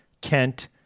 Kent